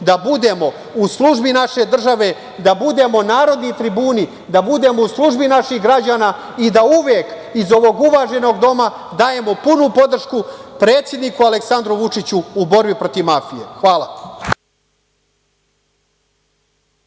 da budemo u službi naše države, da budemo narodni tribuni, da budemo u službi naših građana i da uvek iz ovog uvaženog doma dajemo punu podršku predsedniku Aleksandru Vučiću u borbi protiv mafije. Hvala.